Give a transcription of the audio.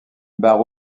barre